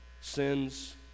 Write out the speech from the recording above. Sin's